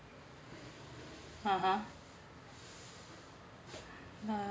(uh huh) nice